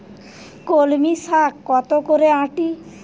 কলমি শাখ কত করে আঁটি?